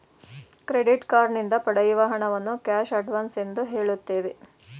credit card ನಿಂದ ಪಡೆಯುವ ಹಣವನ್ನು ಕ್ಯಾಶ್ ಅಡ್ವನ್ಸ್ ಎಂದು ಹೇಳುತ್ತೇವೆ